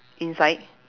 inside